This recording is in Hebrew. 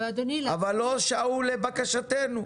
אבל שעו לבקשתנו.